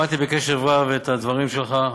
שמעתי בקשב רב את הדברים שלך.